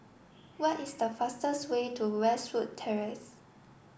what is the fastest way to Westwood Terrace